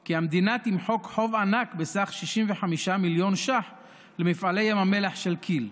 כי המדינה תמחק חוב ענק בסך 65 מיליון ש"ח למפעלי ים המלח של כי"ל.